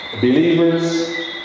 believers